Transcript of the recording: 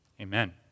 Amen